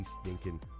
stinking